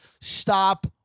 Stop